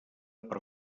per